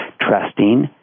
trusting